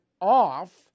off